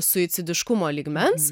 suicidiškumo lygmens